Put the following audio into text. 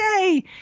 Yay